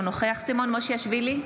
אינו נוכח סימון מושיאשוילי,